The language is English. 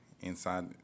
inside